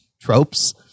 tropes